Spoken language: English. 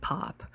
Pop